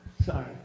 Sorry